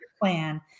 plan